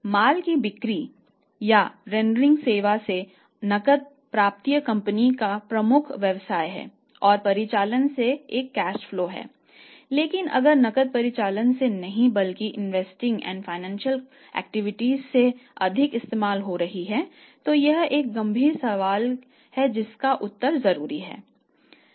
माल की बिक्री और रेंडरिंग से अधिक इस्तेमाल हो रही है तो यह एक गंभीर सवाल है जिसका उत्तर जरूरी है